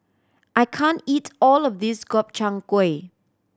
I can't eat all of this Gobchang Gui